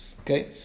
Okay